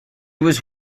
was